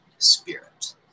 spirit